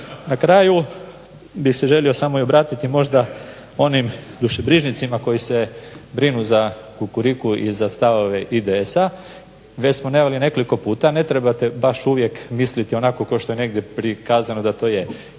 Na kraju bih se želio samo i obratiti samo možda onim dušobrižnicima koji se brinu za Kukuriku i za stavove IDS-a. Već smo najavili nekoliko puta. Ne trebate baš uvijek misliti onako kako je negdje prikazano da to je.